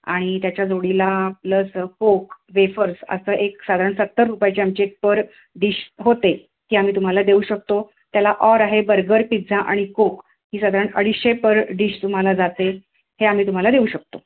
आणि त्याच्या जोडीला प्लस कोक वेफर्स असं एक साधारण सत्तर रुपयाची आमची एक पर डिश होते ती आम्ही तुम्हाला देऊ शकतो त्याला ऑर आहे बर्गर पिझ्झा आणि कोक ही साधारण अडीचशे पर डिश तुम्हाला जाते हे आम्ही तुम्हाला देऊ शकतो